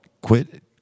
quit